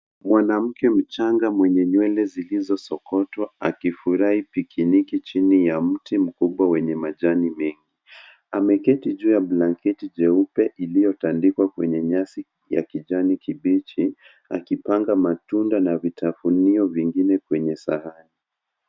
Mwanamke mchanga mwenye nywele zilizosokotwa akifurahi pikiniki chini ya mti mkubwa wenye majani mengi. Ameketi juu ya blanketi jeupe iliyotandikwa kwenye nyasi ya kijani kibichi, akipanga matunda na vitafunio vingine kwenye sahani.